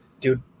Dude